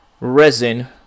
resin